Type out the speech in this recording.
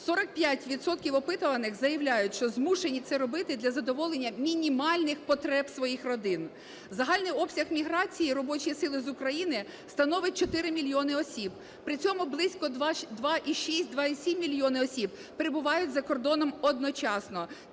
опитуваних заявляють, що змушені це робити для задоволення мінімальних потреб своїх родин. Загальний обсяг міграції, робочої сили з Україні, становить 4 мільйони осіб, при цьому близько 2,6-2,7 мільйони осіб перебувають за кордоном одночасно,